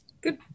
good